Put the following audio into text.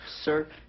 sir